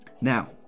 Now